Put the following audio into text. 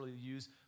use